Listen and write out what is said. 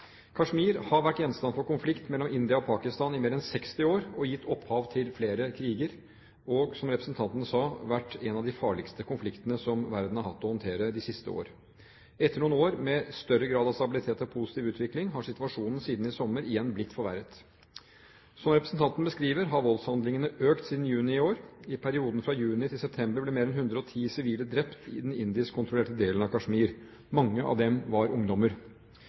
Kashmir har vært gjenstand for konflikt mellom India og Pakistan i mer enn 60 år og gitt opphav til flere kriger, og, som representanten sa, vært en av de farligste konfliktene som verden har hatt å håndtere de siste år. Etter noen år med større grad av stabilitet og positiv utvikling har situasjonen siden i sommer igjen blitt forverret. Som representanten beskriver, har voldshandlingene økt siden juni i år. I perioden fra juni til september ble mer enn 110 sivile drept i den indiskkontrollerte delen av Kashmir. Mange av dem var ungdommer.